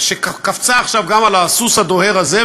שקפצה עכשיו גם על הסוס הדוהר הזה,